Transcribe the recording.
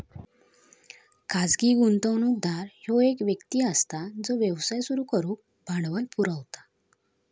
खाजगी गुंतवणूकदार ह्यो एक व्यक्ती असता जो व्यवसाय सुरू करुक भांडवल पुरवता